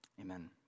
Amen